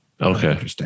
Okay